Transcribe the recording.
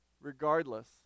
regardless